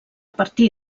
partir